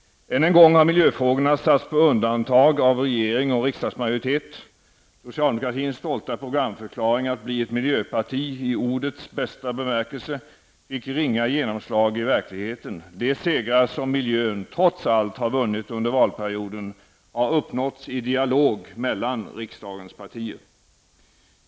Än en gång har miljöfrågorna satts på undantag av regering och av riksdagsmajoritet. Socialdemokratins stolta programförklaring att bli ett miljöparti i ordets bästa bemärkelse fick ringa genomslag i verkligheten. De segrar som miljön, trots allt, har vunnit under valperioden har uppnåtts i dialog mellan riksdagens partier.